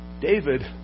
David